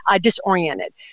disoriented